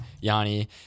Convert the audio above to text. Yanni